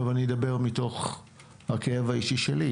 אני מדבר מתוך הכאב האישי שלי,